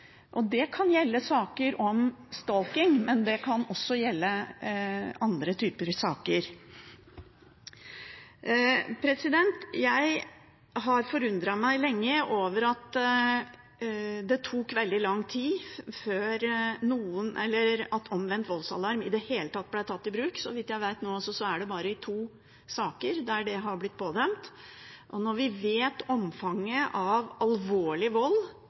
Det kan gjelde saker om stalking, men det kan også gjelde andre typer saker. Jeg har undret meg lenge over at det tok veldig lang tid før omvendt voldsalarm i det hele tatt ble tatt i bruk. Så vidt jeg vet, er det bare i to saker der det har blitt pådømt. Når vi vet omfanget av alvorlig vold,